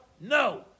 No